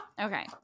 Okay